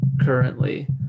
currently